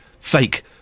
fake